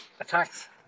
attacks